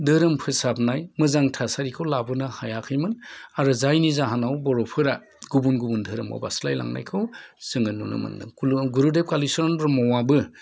धोरोम फोसाबनाय मोजां थासारिखो लाबोनो हायाखैमोन आरो जायनि जाहोनावबो बर'फोरा गुबुन गुबुन धोरोमाव बास्लायलांनायखौ जोङो नुनो मोन्दों गुरुदेव कालिचरन ब्रह्मआबो